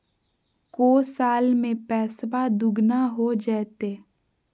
को साल में पैसबा दुगना हो जयते?